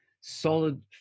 solid